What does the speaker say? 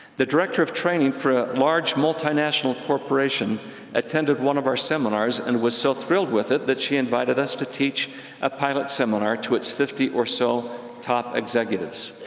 the director of training for a large multi-national corporation attended one of our seminars and was so thrilled with it that she invited us to teach a pilot seminar to its fifty or so top executives.